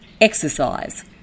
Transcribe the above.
exercise